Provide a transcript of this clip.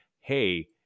hey